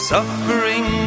Suffering